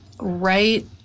right